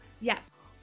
Yes